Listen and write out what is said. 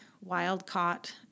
wild-caught